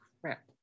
Crap